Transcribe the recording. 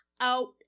out